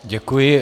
Děkuji.